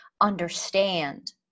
understand